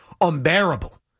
unbearable